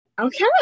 Okay